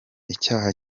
icyaha